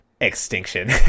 extinction